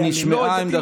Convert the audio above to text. נשמעה עמדתך.